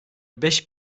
beş